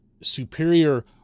superior